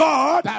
God